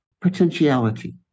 potentiality